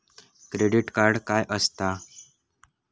Credit card काय असता?